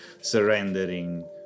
surrendering